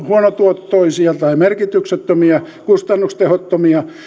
huonotuottoisia tai merkityksettömiä kustannustehottomia